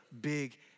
big